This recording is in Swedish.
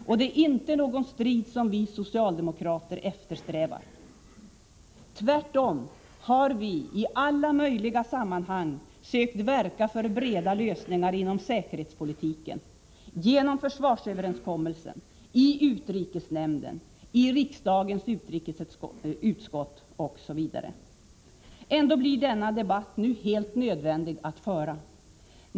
Och det är inte någon strid som vi socialdemokrater eftersträvar. Tvärtom har vi i alla möjliga sammanhang sökt verka för breda lösningar inom säkerhetspolitiken: genom försvarsöverenskommelsen, i utrikesnämnden, i riksdagens utrikesutskott osv. Ändå blir denna debatt nu helt nödvändig att föra.